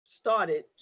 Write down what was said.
started